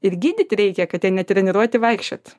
ir gydyt reikia kad jie netreniruoti vaikščiot